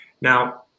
Now